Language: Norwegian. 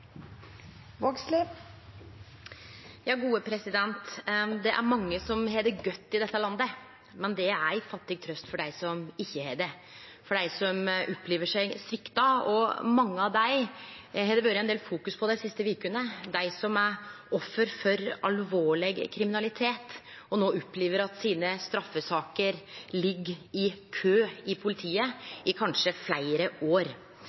har det godt i dette landet, men det er ei fattig trøyst for dei som ikkje har det, for dei som opplever seg svikta. Mange av dei har det vore ein del fokus på dei siste vekene, dei som er offer for alvorleg kriminalitet og no opplever at straffesakene deira blir liggjande i kø hos politiet i kanskje fleire år.